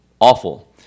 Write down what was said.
awful